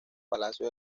palacio